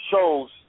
shows